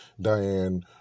Diane